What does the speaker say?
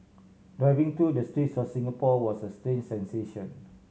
driving through the streets the Singapore was a strange sensation